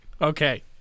Okay